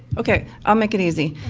okay, i'll make it easy.